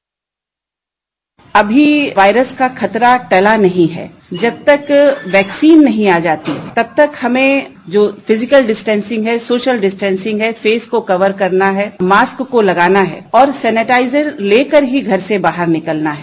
bite अभी virus का खतरा टला नहीं है जब तक वैक्सीन नहीं आ जाती तब तक हमें जो फिजिकल डिस्टेंसिंग है सोशल डिस्टेंसिंग है फेस को कवर करना है मॉस्क को लगाना है और सेनेटाइजर लेकर ही घर से बाहर निकलना है